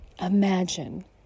Imagine